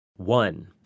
One